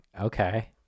Okay